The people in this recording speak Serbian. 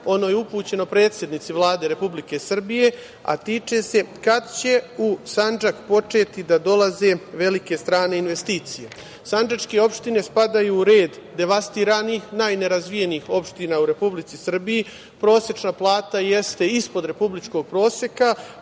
ono je upućeno predsednici Vlade Republike Srbije, a tiče se kad će u Sandžak početi da dolaze velike strane investicije? Sandžačke opštine spadaju u red devastiranih, najnerazvijenijih opština u Republici Srbiji, prosečna plata jeste ispod republičkog proseka,